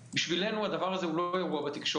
לא נסכים לקבל את